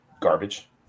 Garbage